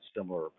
similar